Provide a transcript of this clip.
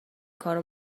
کارو